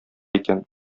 икән